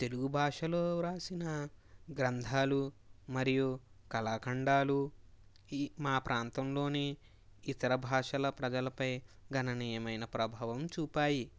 తెలుగు భాషలో వ్రాసిన గ్రంథాలు మరియు కళాఖండాలు ఈ మా ప్రాంతంలోని ఇతర భాషల ప్రజలపై గణనీయమైన ప్రభావం చూపాయి